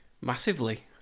Massively